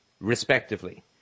respectively